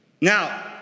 Now